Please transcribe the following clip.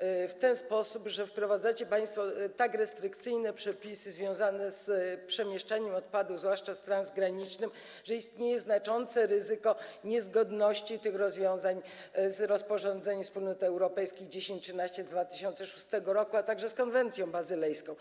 w ten sposób, że wprowadzacie państwo tak restrykcyjne przepisy związane z przemieszczaniem odpadów, zwłaszcza z przemieszczaniem transgranicznym, że istnieje znaczące ryzyko niezgodności tych rozwiązań z rozporządzeniem Wspólnoty Europejskiej nr 1013 z 2006 r., a także z konwencją bazylejską?